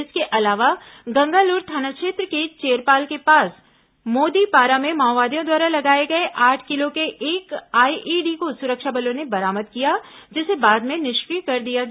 इसके अलावा गंगालूर थाना क्षेत्र के चेरपाल के पास मोदीपारा में माओवादियों द्वारा लगाए गए आठ किलो के एक आईईडी को सुरक्षा बलों ने बरामद किया जिसे बाद में निष्किय कर दिया गया